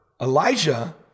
Elijah